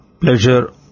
pleasure